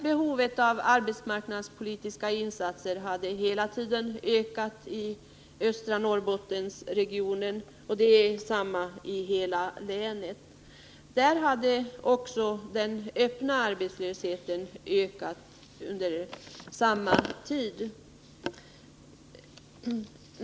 Behovet av arbetsmarknadspolitiska insatser har hela tiden ökat i östra Norrbottensregionen, och samma sak gäller för hela länet. Där har också den öppna arbetslösheten ökat under samma tid.